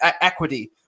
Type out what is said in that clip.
equity